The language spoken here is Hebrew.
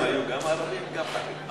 היו גם ערבים, גם חרדים.